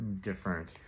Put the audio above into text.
different